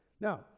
Now